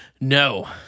No